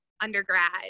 undergrad